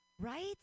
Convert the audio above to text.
right